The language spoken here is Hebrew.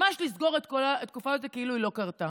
ממש לסגור את כל התקופה הזאת כאילו היא לא קרתה.